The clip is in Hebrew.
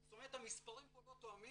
זאת אומרת המספרים פה לא תואמים.